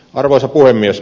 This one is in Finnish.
arvoisa puhemies